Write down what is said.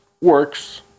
works